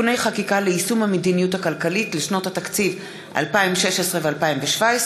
(תיקוני חקיקה ליישום המדיניות הכלכלית לשנות התקציב 2017 ו-2018,